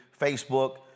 Facebook